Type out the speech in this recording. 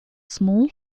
small